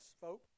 folks